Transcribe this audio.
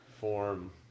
form